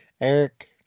Eric